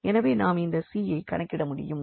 எனவே நாம் இந்த c ஐ கணக்கிட முடியும்